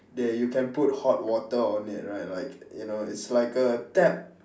that you can put hot water on it right like you know it's like a tap